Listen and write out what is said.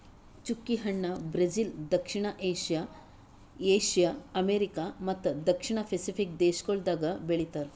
ಚ್ಚುಕಿ ಹಣ್ಣ ಬ್ರೆಜಿಲ್, ದಕ್ಷಿಣ ಏಷ್ಯಾ, ಏಷ್ಯಾ, ಅಮೆರಿಕಾ ಮತ್ತ ದಕ್ಷಿಣ ಪೆಸಿಫಿಕ್ ದೇಶಗೊಳ್ದಾಗ್ ಬೆಳಿತಾರ್